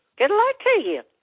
good luck to you